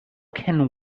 can